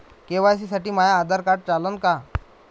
KYC साठी माह्य Aadhaar card चालन का?